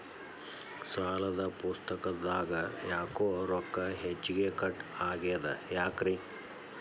ಸಾಲದ ಪುಸ್ತಕದಾಗ ಯಾಕೊ ರೊಕ್ಕ ಹೆಚ್ಚಿಗಿ ಕಟ್ ಆಗೆದ ಯಾಕ್ರಿ?